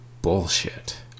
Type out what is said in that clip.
bullshit